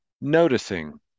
noticing